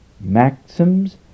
maxims